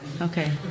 Okay